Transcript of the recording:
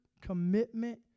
commitment